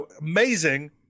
amazing